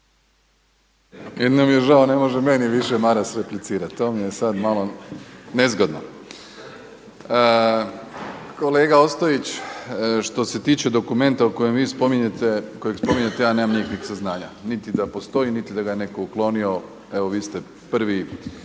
Jedino mi je žao ne može meni više Maras replicirat. To mi je sad malo nezgodno. Kolega Ostojić, što se tiče dokumenta koji vi spominjete ja nemam nikakvih saznanja, niti da postoji, niti da ga je netko uklonio. Evo, vi ste prvi